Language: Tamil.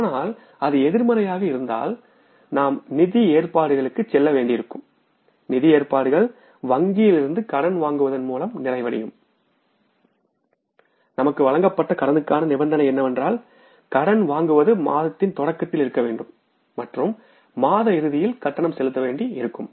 ஆனால் அது எதிர்மறையாக இருந்தால் நாம் நிதி ஏற்பாடுகளுக்குச் செல்ல வேண்டியிருக்கும் நிதி ஏற்பாடுகள் வங்கியில் இருந்து கடன் வாங்குவதன் மூலம் நிறைவடையும் நமக்கு வழங்கப்பட்ட கடனுக்கான நிபந்தனை என்னவென்றால் கடன் வாங்குவது மாதத்தின் தொடக்கத்தில் இருக்க வேண்டும் மற்றும் மாத இறுதியில் கட்டணம் செலுத்த வேண்டி இருக்கும்